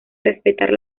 respetar